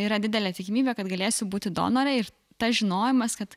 yra didelė tikimybė kad galėsiu būti donore ir tas žinojimas kad